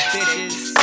Bitches